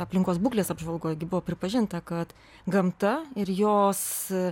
aplinkos būklės apžvalgoj gi buvo pripažinta kad gamta ir jos